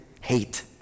hate